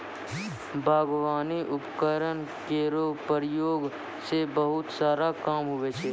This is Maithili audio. बागबानी उपकरण केरो प्रयोग सें बहुत सारा काम होय छै